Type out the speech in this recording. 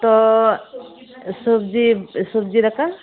ᱛᱚ ᱥᱚᱵᱡᱤ ᱥᱚᱵᱡᱤ ᱫᱟᱠᱟ